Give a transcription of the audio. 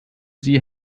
sie